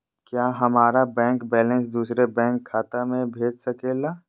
क्या हमारा bank balance दूसरे बैंक खाता में भेज सके ला?